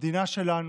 במדינה שלנו,